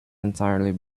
entirely